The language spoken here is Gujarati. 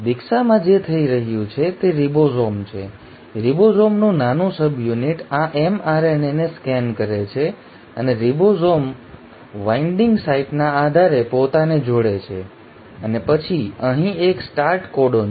દીક્ષામાં જે થઈ રહ્યું છે તે રિબોસોમ છે રિબોસોમનું નાનું સબયુનિટ આ mRNAને સ્કેન કરે છે અને રિબોઝોમ બાઇન્ડિંગ સાઇટના આધારે પોતાને જોડે છે અને પછી અહીં એક સ્ટાર્ટ કોડોન છે